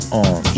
on